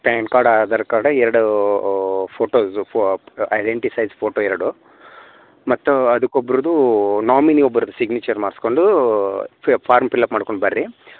PAN card Aadhaar card ಎರಡೂ ಫೋಟೊದು ಫೊ ಐಡೆಂಟಿ ಸೈಜ್ ಫೋಟೊ ಎರಡು ಮತ್ತು ಅದಕ್ಕೆ ಒಬ್ರದ್ದು ನಾಮಿನಿ ಒಬ್ರದ್ದು ಸಿಗ್ನೀಚರ್ ಮಾಡ್ಸ್ಕೊಂಡು ಫಾರ್ಮ್ ಪಿಲಪ್ ಮಾಡ್ಕೊಂಬನ್ರಿ